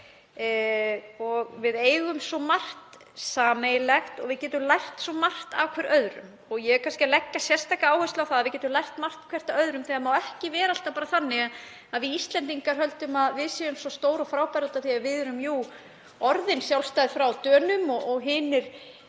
Við eigum svo margt sameiginlegt og við getum lært svo margt hvert af öðru. Ég er kannski að leggja sérstaka áherslu á að við getum lært margt hvert af öðru. Það má ekki vera þannig að við Íslendingar höldum að við séum svo stór og frábær — út af því að við erum orðin sjálfstæð frá Dönum og hinir